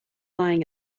lying